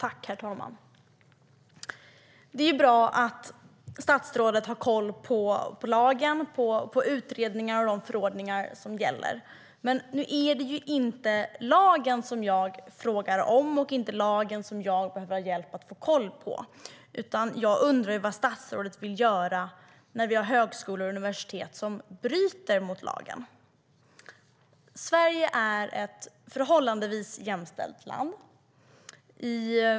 Herr talman! Det är bra att statsrådet har koll på utredningar och på de lagar och förordningar som gäller. Men det är inte lagen jag frågar om och behöver hjälp att ha koll på, utan jag undrar vad statsrådet vill göra när högskolor och universitet bryter mot lagen. Sverige är ett förhållandevis jämställt land.